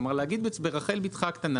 כלומר להגיד ברחל בתך הקטנה,